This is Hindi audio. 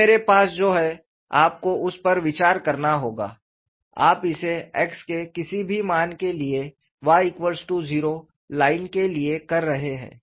फिर मेरे पास जो है आपको उस पर विचार करना होगा आप इसे x के किसी भी मान के लिए y0 लाइन के लिए कर रहे हैं